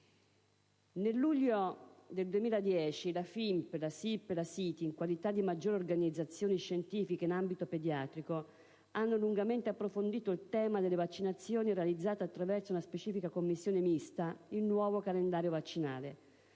Nel luglio 2010, la FIMP, la SIP e la SITI, in qualità di maggiori organizzazioni scientifiche in ambito pediatrico, hanno lungamente approfondito il tema delle vaccinazioni e realizzato, attraverso una specifica commissione mista, il nuovo calendario vaccinale.